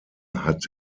hat